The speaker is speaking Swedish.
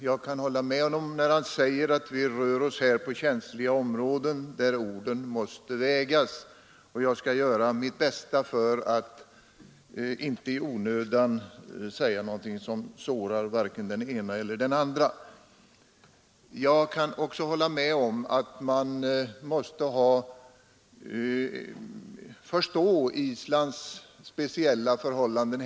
Jag kan hålla med honom när han säger att vi här rör oss på känsliga områden där orden måste vägas, och jag skall göra mitt bästa för att inte i onödan säga någonting som sårar vare sig den ene eller den andre. Jag kan också hålla med om att man måste förstå Islands speciella förhållanden.